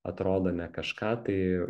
atrodo ne kažką tai